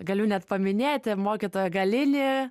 galiu net paminėti mokytoją galinį